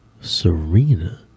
Serena